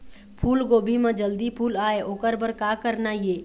फूलगोभी म जल्दी फूल आय ओकर बर का करना ये?